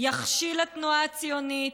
יכשיל התנועה הציונית,